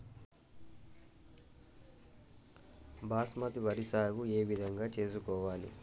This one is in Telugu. బాస్మతి వరి సాగు ఏ విధంగా చేసుకోవాలి?